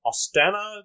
Ostana